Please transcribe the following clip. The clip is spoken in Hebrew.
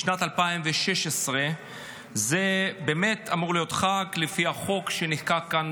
משנת 2016 זה באמת אמור להיות חג לפי החוק שנחקק כאן,